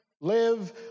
live